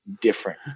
different